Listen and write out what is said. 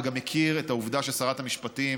וגם מכיר בעובדה ששרת המשפטים,